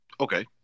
okay